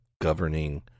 governing